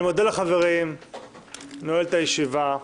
אני מודה לחברים ונועל את הישיבה.